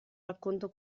racconto